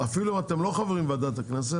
אפילו אם אתם לא חברים בוועדת הכנסת,